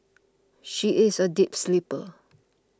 she is a deep sleeper